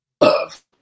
love